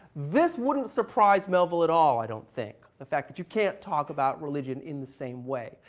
this wouldn't surprise melville at all, i don't think, the fact that you can't talk about religion in the same way.